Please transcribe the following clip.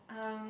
um